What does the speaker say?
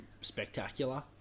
spectacular